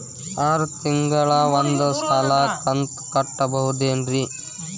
ಆರ ತಿಂಗಳಿಗ ಒಂದ್ ಸಲ ಕಂತ ಕಟ್ಟಬಹುದೇನ್ರಿ?